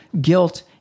guilt